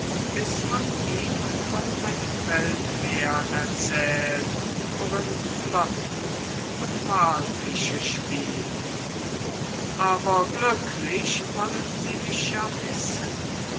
bis man ihm von einem weltmeer erzählt worin flotten und wallfische spielen aber glücklich wollen sie mich ja wissen